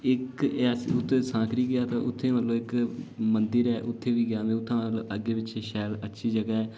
इक उत्थै सांकरी गेआ हा उत्थै इक्क मंदिर ऐ उत्थै बी गेआ हा उत्थुआं अग्गें पिच्छें शैल अच्छी जगह ऐ